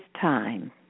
time